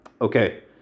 okay